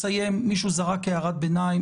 מישהו זרק הערת ביניים,